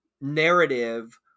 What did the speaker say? narrative